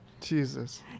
Jesus